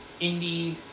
Indie